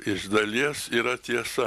iš dalies yra tiesa